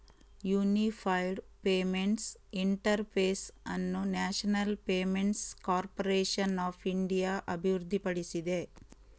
unified payments interface ಅನ್ನು national payments corporation of India ಅಭಿವೃದ್ಧಿಪಡಿಸಿದೆ